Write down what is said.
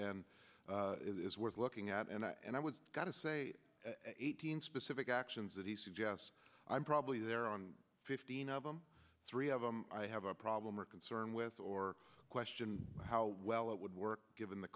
and it is worth looking at and i and i was going to say eighteen specific actions that he suggests i'm probably there on fifteen of them three of them i have a problem or concern with or question how well it would work given the